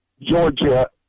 Georgia